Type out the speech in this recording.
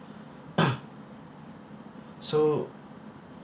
so